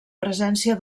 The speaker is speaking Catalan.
presència